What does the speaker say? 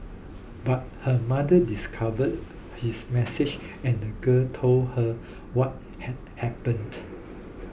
but her mother discovered his message and the girl told her what had happened